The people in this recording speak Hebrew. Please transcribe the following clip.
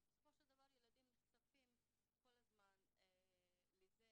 בסופו של דבר ילדים נחשפים כל הזמן לזה,